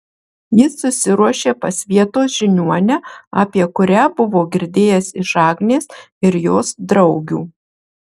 jis susiruošė pas vietos žiniuonę apie kurią buvo girdėjęs iš agnės ir jos draugių